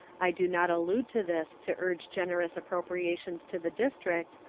i do not allude to this to urge generous appropriations to the district,